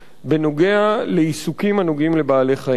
בנוגע לעיסוקים הנוגעים לבעלי-חיים.